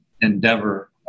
endeavor